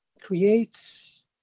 creates